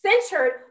centered